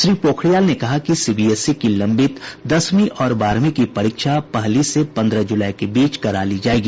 श्री पोखरियाल ने कहा कि सीबीएसई की लंबित दसवीं और बारहवीं की परीक्षा पहली से पंद्रह जुलाई के बीच करा ली जाएगी